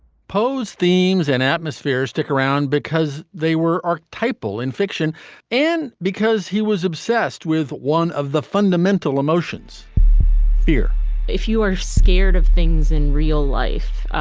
poe's themes and atmosphere stick around because they were archetypal in fiction and because he was obsessed with one of the fundamental emotions fear if you are scared of things in real life.